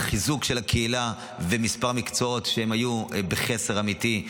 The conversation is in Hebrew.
החיזוק של הקהילה וכמה מקצועות שהיו בחסר אמיתי.